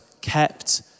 kept